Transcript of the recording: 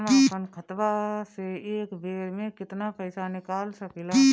हम आपन खतवा से एक बेर मे केतना पईसा निकाल सकिला?